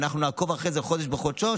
ואנחנו נעקוב אחרי זה חודש בחודשו,